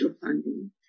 funding